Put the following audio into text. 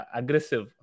aggressive